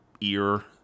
ear